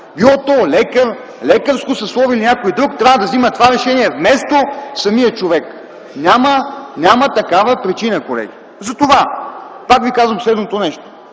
било то лекар, лекарско съсловие или някой друг, трябва да вземе това решение вместо самият човек. Няма такава причина, колеги. Затова пак ви казвам следното нещо